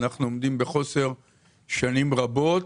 אנחנו עומדים בחוסר כבר שנים רבות,